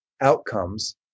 Outcomes